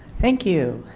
thank you.